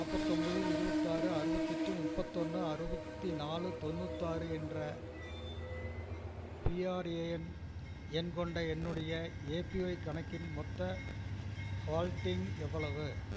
நாற்பத்தொம்போது இருபத்தாறு அறுபத்தெட்டு முப்பத்தொன்று அறுபத்தி நாலு தொண்ணூத்தாறு என்ற பிஆர்ஏஎன் எண் கொண்ட என்னுடைய ஏபிஒய் கணக்கின் மொத்த ஹால்டிங் எவ்வளவு